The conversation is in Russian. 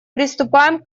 приступаем